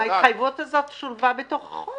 ההתחייבות הזאת שולבה בתוך החוק.